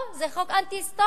לא, זה חוק אנטי-היסטורי,